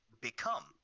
become